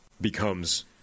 becomes